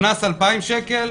קנס 2,000 שקלים.